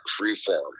freeform